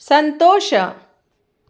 ಸಂತೋಷ